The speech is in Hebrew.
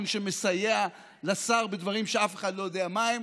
שמסייע לשר בדברים שאף אחד לא יודע מהם.